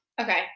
Okay